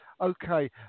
okay